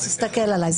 אז תסתכל עלי.